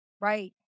Right